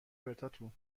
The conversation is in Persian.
پرتاتون